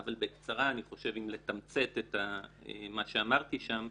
אבל בקצרה, אם לתמצת את מה שאמרתי שם: